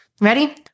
Ready